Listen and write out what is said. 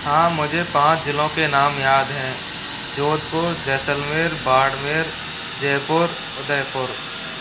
हाँ मुझे पाँच जिलों के नाम याद हैं जोधपुर जैसलमेर बाड़मेर जयपुर उदयपुर